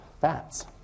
fats